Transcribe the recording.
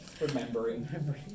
Remembering